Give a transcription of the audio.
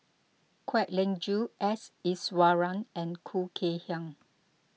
Kwek Leng Joo S Iswaran and Khoo Kay Hian